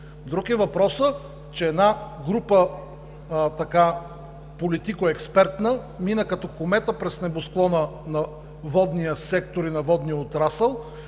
Друг е въпросът, че една група – политико-експертна, мина като комета през небосклона на водния сектор и на водния отрасъл.